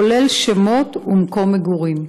כולל שמות ומקום מגורים?